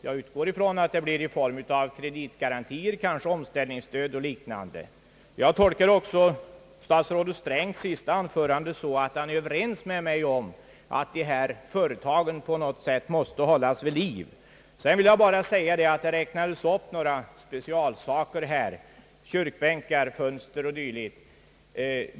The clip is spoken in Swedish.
Jag utgår ifrån att det blir i form av kreditgarantier eller omställningsstöd och liknande. Jag tolkar också statsrådet Strängs senaste anförande så, att han är överens med mig om att dessa företag måste hållas vid liv. Statsrådet räknade upp några specialtillverkningar — kyrkbänkar, fönster o. s. v.